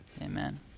Amen